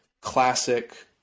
classic